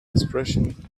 expression